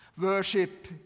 Worship